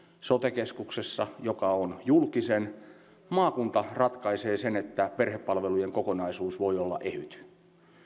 sote keskuksessa joka on julkisen maakunta ratkaisee sen niin että perhepalvelujen kokonaisuus voi olla ehyt